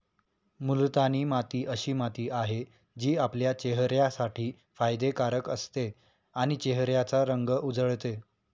मुलतानी माती अशी माती आहे, जी आपल्या चेहऱ्यासाठी फायदे कारक असते आणि चेहऱ्याचा रंग उजळते